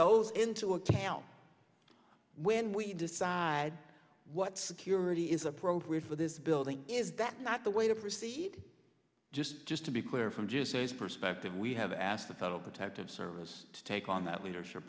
those into account when we decide what security is appropriate for this building is that not the way to proceed just just to be clear from just says perspective we have asked the federal protective service to take on that leadership